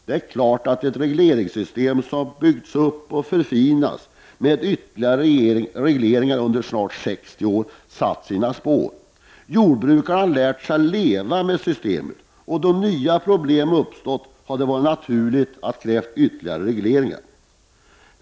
Det är klart att ett regleringssystem som byggts upp och förfinats med ytterligare regleringar under snart 60 år har satt sina spår. Jordbrukarna har lärt sig leva med systemet, och då nya problem uppstått har det varit naturligt att kräva ytterligare regleringar.